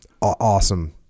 awesome